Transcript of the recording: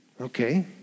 Okay